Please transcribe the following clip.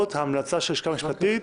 ההמלצה של הלשכה המשפטית